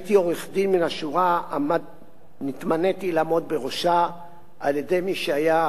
שכשהייתי עורך-דין מן השורה נתמניתי לעמוד בראשה על-ידי מי שהיה,